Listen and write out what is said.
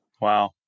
Wow